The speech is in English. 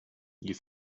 you